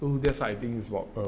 so that's what I think is